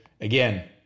again